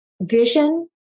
vision